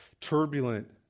turbulent